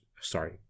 sorry